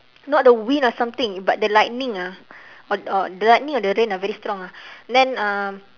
not the wind or something but the lightning ah or or the lightning or the rain ah very strong ah and then uh